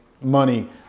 money